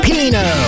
Pino